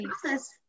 process